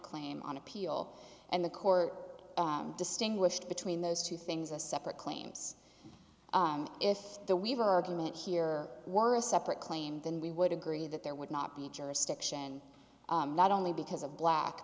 claim on appeal and the court distinguished between those two things a separate claims if the weaver argument here were a separate claim then we would agree that there would not be jurisdiction not only because of black